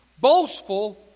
boastful